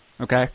Okay